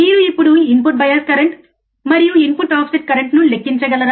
మీరు ఇప్పుడు input bias current మరియు ఇన్పుట్ ఆఫ్సెట్ కరెంట్ను లెక్కించగలరా